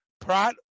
Prat